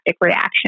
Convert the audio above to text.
reaction